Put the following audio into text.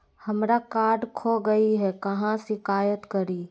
हमरा कार्ड खो गई है, कहाँ शिकायत करी?